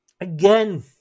Again